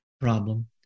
problem